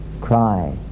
cry